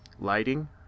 lighting